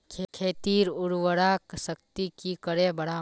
खेतीर उर्वरा शक्ति की करे बढ़ाम?